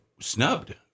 snubbed